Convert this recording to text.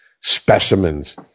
specimens